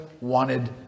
wanted